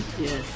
Yes